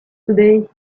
today